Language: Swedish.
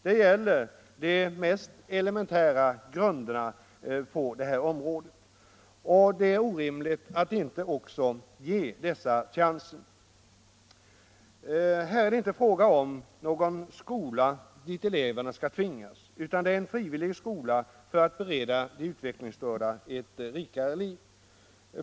Det gäller här de mest elementära grundkunskaperna. Det är orimligt att inte ge dessa människor chansen. Det är inte fråga om någon skola dit eleverna skulle tvingas, utan det är fråga om en frivillig skola för att bereda de utvecklingsstörda ett rikare liv.